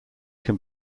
can